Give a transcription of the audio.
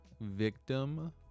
victim